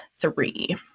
three